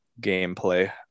gameplay